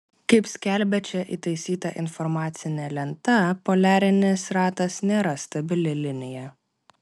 kaip skelbia čia įtaisyta informacinė lenta poliarinis ratas nėra stabili linija